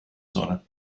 zona